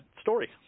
story